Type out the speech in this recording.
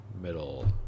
Middle